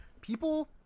people